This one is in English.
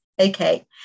Okay